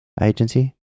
agency